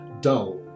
dull